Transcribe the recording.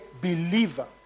believer